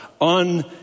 on